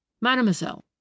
Mademoiselle